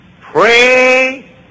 Pray